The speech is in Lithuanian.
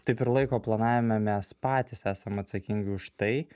taip ir laiko planavime mes patys esam atsakingi už tai